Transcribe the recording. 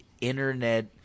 internet